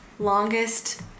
longest